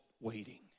waiting